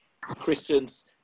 Christians